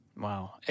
Wow